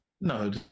No